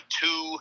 two